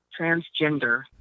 transgender